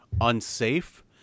unsafe